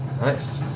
Nice